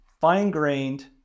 fine-grained